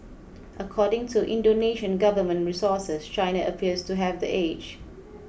according to Indonesian government resources China appears to have the edge